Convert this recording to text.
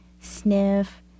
sniff